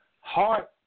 heart